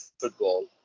football